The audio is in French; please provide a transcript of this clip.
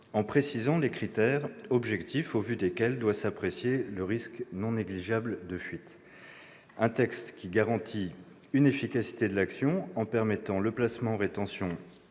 en précisant les critères objectifs au vu desquels doit s'apprécier le risque non négligeable de fuite. Il garantit également l'efficacité de l'action en permettant le placement en rétention